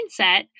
mindset